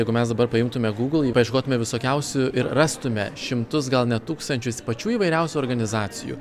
jeigu mes dabar paimtume gūgl paieškotume visokiausių ir rastume šimtus gal net tūkstančius pačių įvairiausių organizacijų